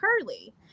curly